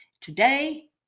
today